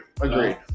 agreed